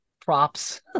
props